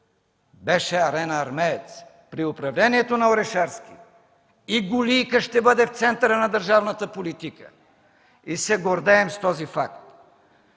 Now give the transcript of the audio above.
беше „Арена Армеец”, при управлението на Орешарски – и Гулийка ще бъде в центъра на държавната политика, и се гордеем с този факт.